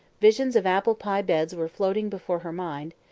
visions of apple-pie beds were floating before her mind,